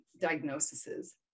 diagnoses